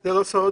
זה לא סוד,